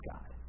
God